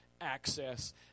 access